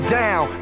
down